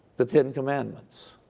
the ten commandments?